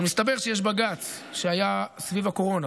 אבל מסתבר שיש בג"ץ שהיה סביב הקורונה.